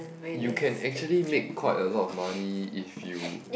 you can actually make quite a lot of money if you